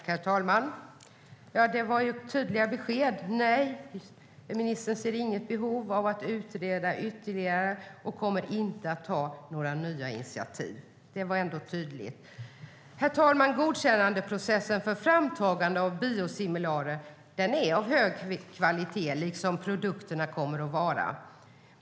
Herr talman! Det var ju tydliga besked. Nej, ministern ser inget behov av att ytterligare utreda frågan och kommer inte att ta några nya initiativ. Godkännandeprocessen för framtagande av biosimilarer är av hög kvalitet, liksom produkterna kommer att vara.